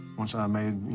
once i made,